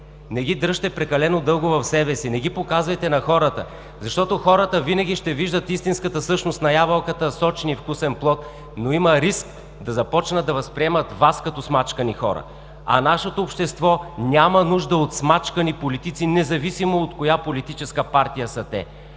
Не ги дръжте прекалено дълго в себе си. Не ги показвайте на хората, защото хората винаги ще виждат истинската същност на ябълката – сочен и вкусен плод, но има риск да започнат да възприемат Вас като смачкани хора. Нашето общество няма нужда от смачкани политици, независимо от коя политическа партия са те.